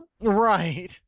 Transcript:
Right